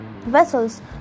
Vessels